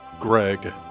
Greg